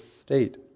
state